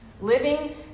Living